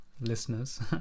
Listeners